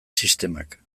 sistemak